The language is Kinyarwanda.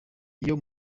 iyo